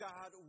God